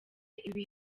ibi